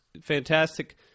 fantastic